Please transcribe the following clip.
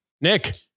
nick